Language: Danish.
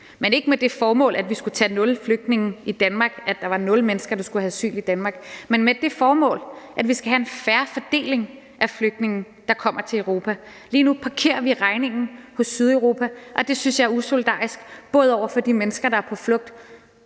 men ikke med det formål, at vi skulle tage nul flygtninge i Danmark, at der var nul mennesker, der skulle have asyl i Danmark, men med det formål, at vi skal have en fair fordeling af flygtninge, der kommer til Europa. Lige nu parkerer vi regningen hos Sydeuropa, og det synes jeg er usolidarisk, både over for de mennesker, der er på flugt,